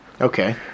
Okay